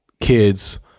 kids